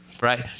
Right